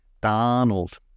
Donald